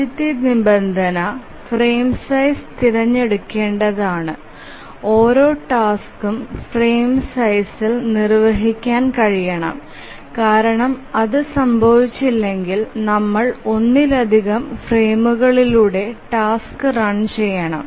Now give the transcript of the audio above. ആദ്യത്തെ നിബന്ധന frame size തിരഞ്ഞെടുക്കേണ്ടതാണ് ഓരോ ടാസ്കും ഫ്രെയിം സൈസ്ഇൽ നിർവ്വഹിക്കാൻ കഴിയണം കാരണം അത് സംഭവിച്ചില്ലെങ്കിൽ നമ്മൾ ഒന്നിലധികം ഫ്രെയിമുകളിലൂടെ ടാസ്ക് റൺ ചെയ്യണം